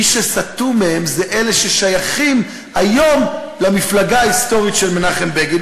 מי שסטו מהם זה אלה ששייכים היום למפלגה ההיסטורית של מנחם בגין.